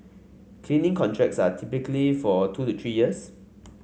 cleaning contracts are typically for two three years